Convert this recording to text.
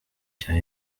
cya